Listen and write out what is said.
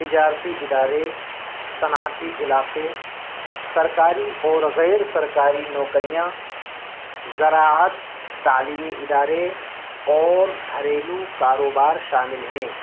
تجارتی ادارے صنعتی علاقے سرکاری اور غیر سرکاری نوکریاں زراعت تعلیمی ادارے اور گھریلو کاروبار شامل ہیں